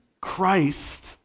Christ